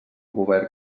govern